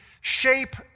shape